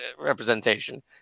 representation